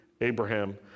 Abraham